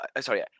Sorry